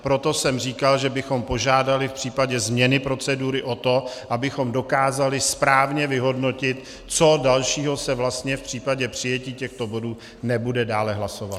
Proto jsem říkal, že bychom požádali v případě změny procedury o to, abychom dokázali správně vyhodnotit, co dalšího se vlastně v případě přijetí těchto bodů nebude dále hlasovat.